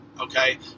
okay